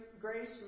grace